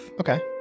okay